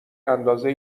اندازه